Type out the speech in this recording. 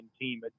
team